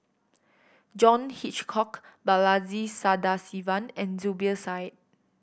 John Hitchcock Balaji Sadasivan and Zubir Said